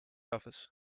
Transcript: office